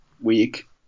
week